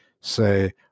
say